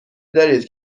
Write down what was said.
دارید